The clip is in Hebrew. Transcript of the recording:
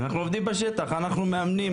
אנחנו עובדים בשטח, אנחנו מאמנים.